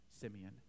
Simeon